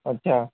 اچھا